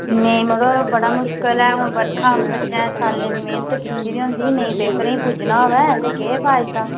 नेईं मड़ो बड़ा मुश्कल ऐ हून बर्खां ते बच्चें सालै दी मैह्नत कीती दी होंदी पेपरें ई निं पुज्जना होऐ केह् फायदा